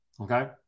Okay